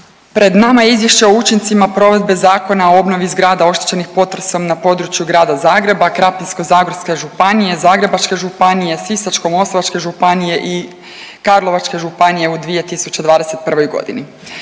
pred nama je Izvješće o učincima provedbe Zakona o obnovi zgrada oštećenih potresom na području Grada Zagreba, Krapinsko-zagorske županije, Zagrebačke županije, Sisačko-moslavačke županije i Karlovačke županije u 2021. godini.